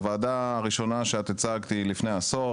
הוועדה הראשונה שאת הצגת היא לפני עשור,